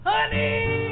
Honey